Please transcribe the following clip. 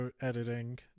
editing